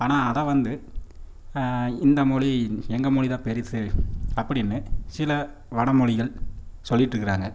ஆனால் அதை வந்து இந்த மொழி எங்கள் மொழி தான் பெருசு அப்படின்னு சில வட மொழிகள் சொல்லிட்டு இருக்கிறாங்க